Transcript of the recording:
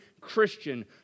Christian